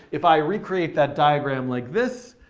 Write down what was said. if i recreate that diagram like this,